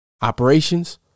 Operations